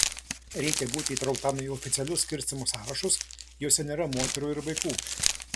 reikia būti įtrauktam į oficialius skirstymo sąrašus juose nėra moterų ir vaikų